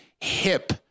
hip